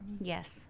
yes